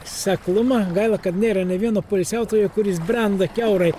sekluma gaila kad nėra nė vieno poilsiautojo kuris brenda kiaurai